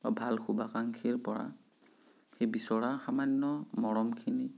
বা শুভাকাংশীৰ পৰা সেই বিচৰা সামান্য মৰমখিনি